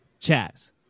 Chaz